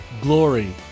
glory